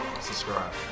subscribe